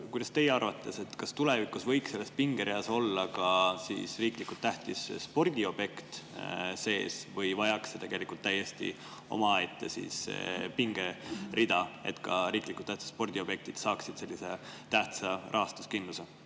Kas teie arvates võiks tulevikus selles pingereas olla ka riiklikult tähtis spordiobjekt sees? Või vajaks see täiesti omaette pingerida, et ka riiklikult tähtsad spordiobjektid saaksid sellise tähtsa rahastuskindluse?